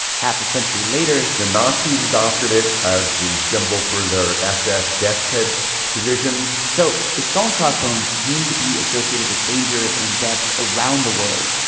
half a century later the nazis adopted it as the symbol for their ss death's head divisions so the skull and crossbones came to be associated with danger and death around the world.